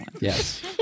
yes